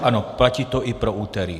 Ano, platí to i pro úterý.